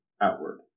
outward